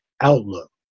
outlook